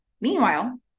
Meanwhile